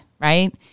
right